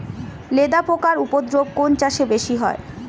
লেদা পোকার উপদ্রব কোন চাষে বেশি হয়?